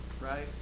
right